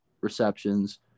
receptions